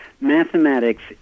mathematics